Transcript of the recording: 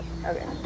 Okay